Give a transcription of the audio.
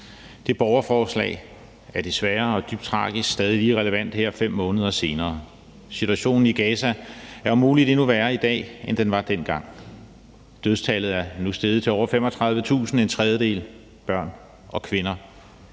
Det borgerforslag er desværre og dybt tragisk stadig lige relevant her 5 måneder senere. Situationen i Gaza er om muligt endnu værre i dag, end den var dengang. Dødstallet er nu steget til over 35.000 – en tredjedel er børn og kvinder.